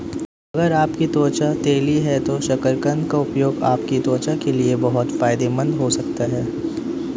अगर आपकी त्वचा तैलीय है तो शकरकंद का उपयोग आपकी त्वचा के लिए बहुत फायदेमंद हो सकता है